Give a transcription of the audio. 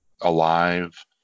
alive